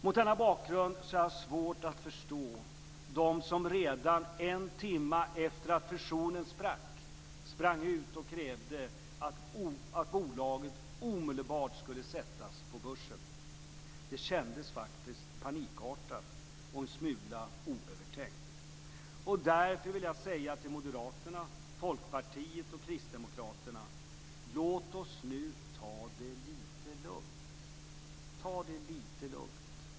Mot denna bakgrund har jag svårt att förstå de som redan en timma efter det att fusionen sprang ut och krävde att bolaget omedelbart skulle sättas på börsen. Det kändes faktiskt panikartat och en smula oövertänkt. Därför vill jag säga till Moderaterna, Folkpartiet och Kristdemokraterna: Låt oss nu ta det lite lugnt.